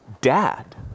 dad